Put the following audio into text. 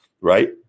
right